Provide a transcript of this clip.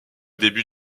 début